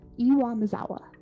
Iwamizawa